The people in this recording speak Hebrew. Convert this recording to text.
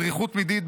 את בדריכות תמידית,